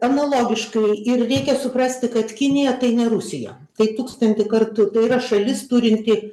analogiškai ir reikia suprasti kad kinija tai ne rusija tai tūkstantį kartų tai yra šalis turinti